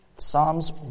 Psalms